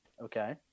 Okay